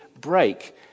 break